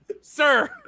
sir